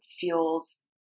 feels